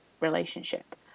relationship